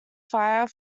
fire